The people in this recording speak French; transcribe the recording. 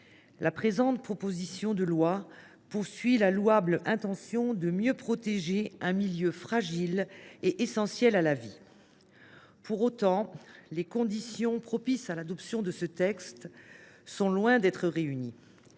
La présente proposition de loi affiche la louable intention de mieux protéger un milieu fragile et essentiel à la vie. Pour autant, les conditions propices à son adoption sont loin d’être réunies.